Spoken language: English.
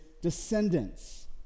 descendants